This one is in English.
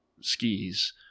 skis